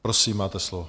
Prosím, máte slovo.